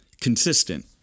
consistent